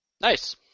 Nice